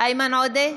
איימן עודה,